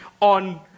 on